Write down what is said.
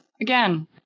Again